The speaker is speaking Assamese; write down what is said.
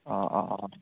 অঁ অঁ অঁ